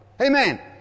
Amen